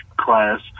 class